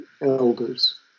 elders